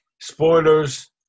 spoilers